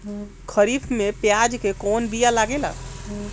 खरीफ में प्याज के कौन बीया लागेला?